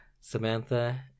Samantha